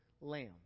lamb